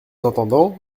entendant